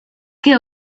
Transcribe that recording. que